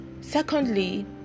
secondly